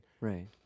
Right